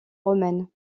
romaines